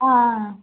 ஆ ஆ ஆ